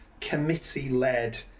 committee-led